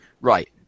right